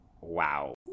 wow